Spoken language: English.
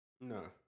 No